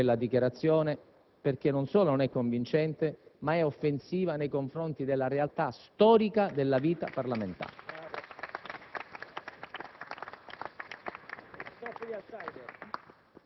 dovrebbe ritrattare la sua dichiarazione di ieri: non solo non è convincente, ma è anche offensiva nei confronti della realtà storica della vita parlamentare.